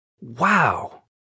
wow